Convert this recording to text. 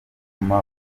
atuma